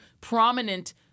prominent